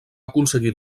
aconseguir